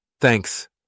Thanks